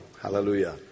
Hallelujah